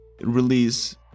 release